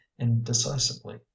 indecisively